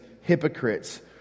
hypocrites